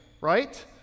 Right